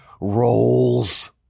roles